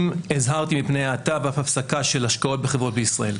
הזהרתי מפני האטה ואף הפסקה של השקעות בחברות בישראל.